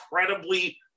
incredibly